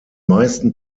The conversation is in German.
meisten